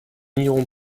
n’irons